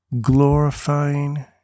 glorifying